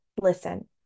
listen